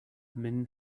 men